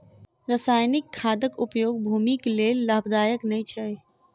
रासायनिक खादक उपयोग भूमिक लेल लाभदायक नै अछि